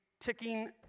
ticking